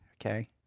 okay